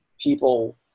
people